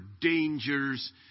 dangers